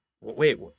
Wait